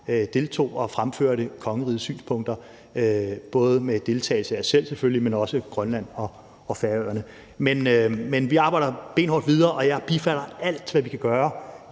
deltog og fremførte kongerigets synspunkter, både med deltagelse af mig selv selvfølgelig, men også af Grønland og Færøerne. Men vi arbejder benhårdt videre, og jeg bifalder alt, hvad vi kan gøre